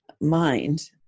mind